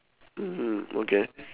mmhmm okay